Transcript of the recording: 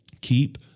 Keep